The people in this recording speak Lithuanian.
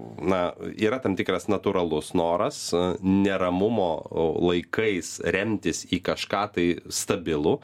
na yra tam tikras natūralus noras neramumo laikais remtis į kažką tai stabilų